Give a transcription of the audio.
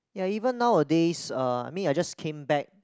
ya even nowadays uh me I just came back